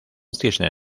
cisne